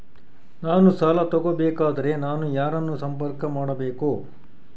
ನಾನು ಸಾಲ ತಗೋಬೇಕಾದರೆ ನಾನು ಯಾರನ್ನು ಸಂಪರ್ಕ ಮಾಡಬೇಕು?